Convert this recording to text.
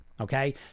Okay